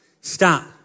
Stop